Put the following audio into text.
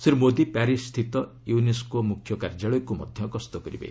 ଶ୍ରୀ ମୋଦି ପ୍ୟାରିସ୍ସ୍ଥିତ ୟେନେସ୍କୋ ମୁଖ୍ୟ କାର୍ଯ୍ୟାଳୟକ୍ତ ମଧ୍ୟ ଗସ୍ତ କରିବେ